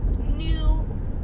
new